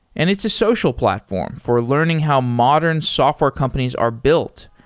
and it's a social platform for learning how modern software companies are built.